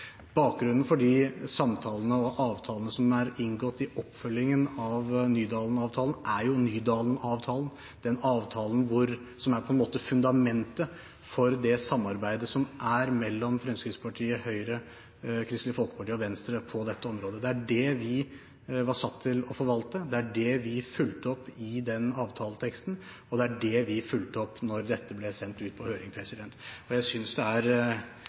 Bakgrunnen for de samtalene og avtalene som er inngått i oppfølgingen av Nydalen-avtalen, er jo Nydalen-avtalen, den avtalen som er fundamentet for det samarbeidet som er mellom Fremskrittspartiet, Høyre, Kristelig Folkeparti og Venstre på dette området. Det er det vi er satt til å forvalte, det var det vi fulgte opp i den avtaleteksten, og det var det vi fulgte opp da den ble sendt ut på høring. Jeg synes det er